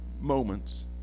moments